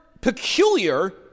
peculiar